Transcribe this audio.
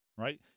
right